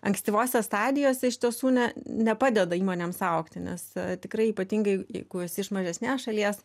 ankstyvose stadijose iš tiesų ne ne padeda įmonėms augti nes tikrai ypatingai jeigu esi iš mažesnės šalies